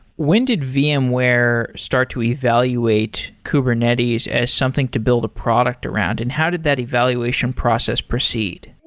when did vmware start to evaluate kubernetes as something to build a product around and how did that evaluation process precede?